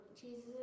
Jesus